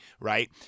Right